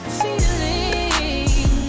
feeling